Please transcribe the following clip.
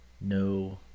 No